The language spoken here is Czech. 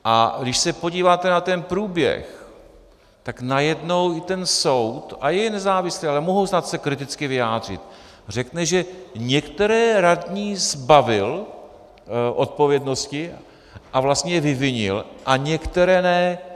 A když se podíváte na ten průběh, tak najednou i ten soud a je nezávislý, ale mohu se snad kriticky vyjádřit řekne, že některé radní zbavil odpovědnosti a vlastně je vyvinil a některé ne.